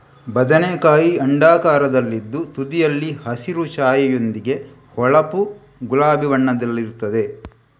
ಬದನೆಕಾಯಿ ಅಂಡಾಕಾರದಲ್ಲಿದ್ದು ತುದಿಯಲ್ಲಿ ಹಸಿರು ಛಾಯೆಯೊಂದಿಗೆ ಹೊಳಪು ಗುಲಾಬಿ ಬಣ್ಣದಲ್ಲಿರುತ್ತದೆ